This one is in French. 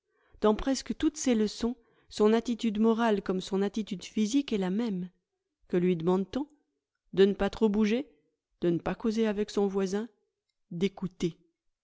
dans presque toutes ses leçons son attitude morale comme son attitude physique est la même que lui demande t on de ne pas trop bouger de ne pas causer avec son voisin d'écouter